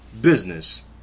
business